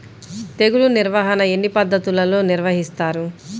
తెగులు నిర్వాహణ ఎన్ని పద్ధతులలో నిర్వహిస్తారు?